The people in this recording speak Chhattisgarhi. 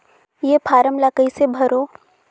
ये फारम ला कइसे भरो?